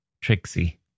Trixie